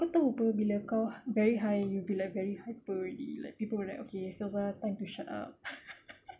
kau tahu [pe] bila kau very high you'll be like hyper people will like okay filzah time to shut up